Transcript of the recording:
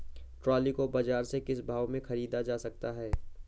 Trolley को बाजार से किस भाव में ख़रीदा जा सकता है?